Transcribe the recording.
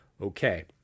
Okay